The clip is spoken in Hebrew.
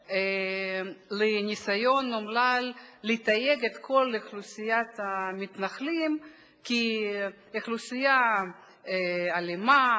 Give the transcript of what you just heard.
לניסיון אומלל לתייג את כל אוכלוסיית המתנחלים כאוכלוסייה אלימה,